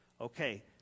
Okay